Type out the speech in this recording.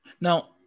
Now